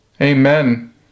Amen